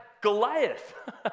Goliath